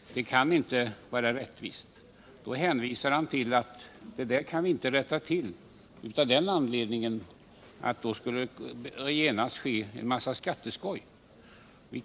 Det kan inte vara rättvist. Erik Wärnberg säger att man inte kan rätta till detta av den anledningen att det då genast skulle ske en massa skatteskoj.